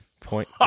Point